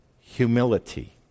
Humility